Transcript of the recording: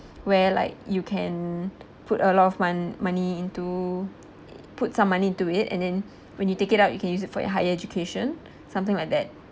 where like you can put a lot of mon~ money into i~ put some money into it and then when you take it out you can use it for your higher education something like that